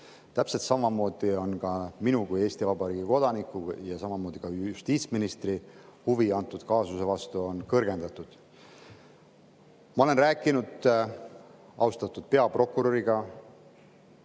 Täpselt samamoodi on ka minu kui Eesti Vabariigi kodaniku ja kui justiitsministri huvi antud kaasuse vastu kõrgendatud. Ma olen rääkinud austatud peaprokuröriga